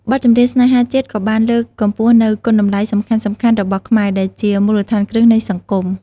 បទចម្រៀងស្នេហាជាតិក៏បានលើកកម្ពស់នូវ គុណតម្លៃសំខាន់ៗរបស់ខ្មែរ ដែលជាមូលដ្ឋានគ្រឹះនៃសង្គម។